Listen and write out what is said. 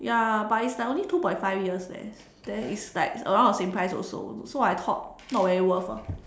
ya but it's like only two point five years leh then it's like around the same price also so I thought not very worth ah